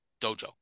dojo